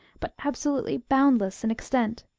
but absolutely boundless in extent.